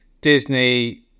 Disney